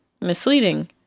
misleading